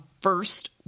first